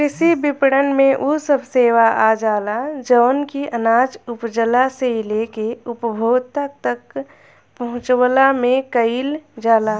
कृषि विपणन में उ सब सेवा आजाला जवन की अनाज उपजला से लेके उपभोक्ता तक पहुंचवला में कईल जाला